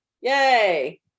Yay